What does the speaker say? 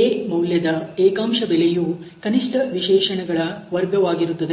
A ಮೌಲ್ಯದ ಏಕಾಂಶ ಬೆಲೆಯು ಕನಿಷ್ಠ ವಿಶೇಷಣಗಳ ವರ್ಗವಾಗಿರುತ್ತದೆ